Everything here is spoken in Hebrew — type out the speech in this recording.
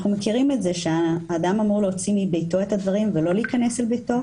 אנחנו מכירים את זה שאדם אמור להוציא מביתו את הדברים ולא שייכנסו לביתו